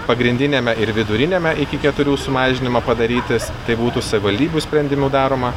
pagrindiniame ir viduriniame iki keturių sumažinimą padarytis tai būtų savivaldybių sprendimu daroma